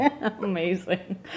Amazing